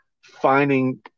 finding